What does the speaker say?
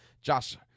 Josh